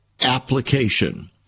application